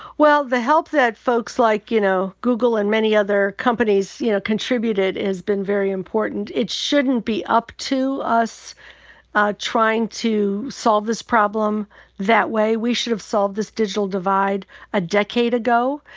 well, the help that folks like, you know, google and many other companies, you know, contributed has been very important. it shouldn't be up to us trying to solve this problem that way. we should have solved this digital divide a decade ago.